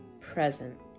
present